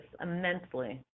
immensely